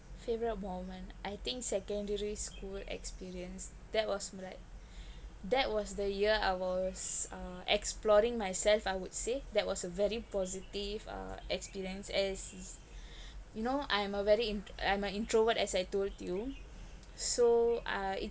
favourite moment I think secondary school experience that was like that was the year I was uh exploring myself I would say that was a very positive experience as you know I am a very int~ I'm a introvert as I told you so uh